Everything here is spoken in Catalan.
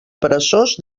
peresós